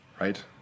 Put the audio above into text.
right